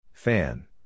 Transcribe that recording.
Fan